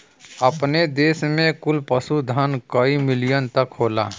अपने देस में कुल पशुधन कई मिलियन तक होला